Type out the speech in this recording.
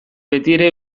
betiere